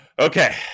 Okay